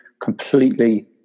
completely